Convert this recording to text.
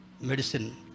medicine